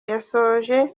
yasoje